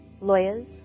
lawyers